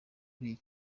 iyi